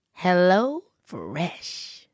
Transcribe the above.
HelloFresh